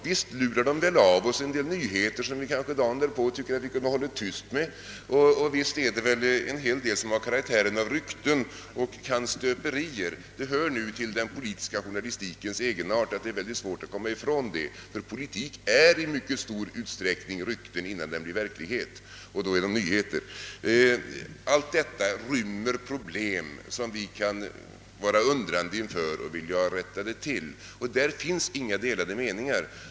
Visst lurar de väl av oss en del nyheter som vi dagen därpå tycker att vi kunde ha hållit tyst med och visst är det väl en hel del som har karaktären av rykten och kannstöperier. Det hör nu till den politiska journalistikens egenart, att det är mycket svårt att komma ifrån detta, ty politik är i mycket stor utsträckning rykten innan den blir verklighet — och då är det nyheter. Allt detta rymmer problem som vi kan stå undrande inför och vilja rätta till. Därvidlag råder inga delade meningar.